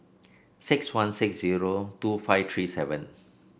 six one six zero two five three seven